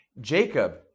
Jacob